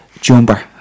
jumper